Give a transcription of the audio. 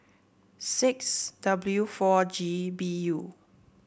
six W four G B U